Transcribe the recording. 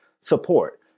support